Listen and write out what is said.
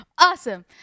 Awesome